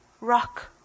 rock